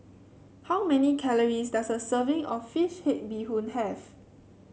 how many calories does a serving of fish head Bee Hoon have